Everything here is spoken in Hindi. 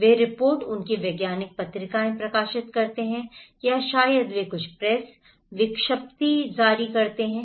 वे रिपोर्ट उनकी वैज्ञानिक पत्रिकाएँ प्रकाशित करते हैं या शायद वे कुछ प्रेस विज्ञप्ति जारी करते हैं